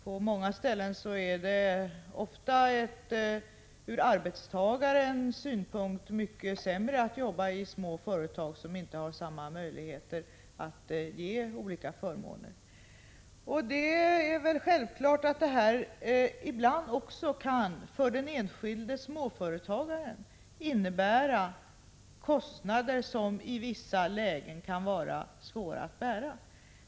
På många ställen är det ofta ur arbetstagarens synpunkt mycket sämre att jobba i små företag, som inte har samma möjligheter att ge olika förmåner. Det är väl självklart att detta ibland för den enskilde småföretagaren kan innebära kostnader, som i vissa lägen kan vara svåra att bära.